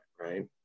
right